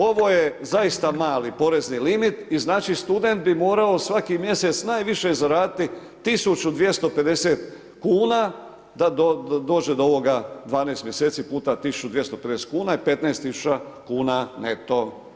Ovo je zaista mali porezni limit i znači student bi morao svaki mjesec najviše zaradit 1.250 kuna da dođe do ovoga 12 mjeseci puta 1.250 je 15.000 kuna neto.